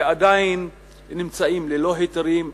שעדיין נמצאים ללא היתרים,